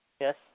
Yes